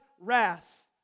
wrath